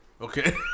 Okay